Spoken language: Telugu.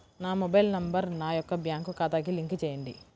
నా మొబైల్ నంబర్ నా యొక్క బ్యాంక్ ఖాతాకి లింక్ చేయండీ?